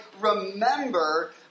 remember